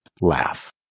laugh